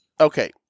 Okay